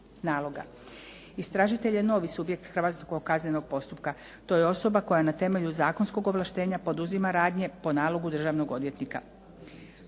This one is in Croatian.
naloga. Istražitelj je novi subjekt hrvatskog kaznenog postupka. To je osoba koja na temelju zakonskog ovlaštenja poduzima radnje po nalogu državnog odvjetnika.